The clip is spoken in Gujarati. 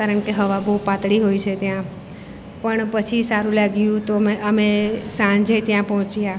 કારણ કે હવા બહુ પાતળી હોય છે ત્યાં પણ પછી સારું લાગ્યું તો મેં અમે સાંજે ત્યાં પહોંચ્યા